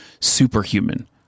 superhuman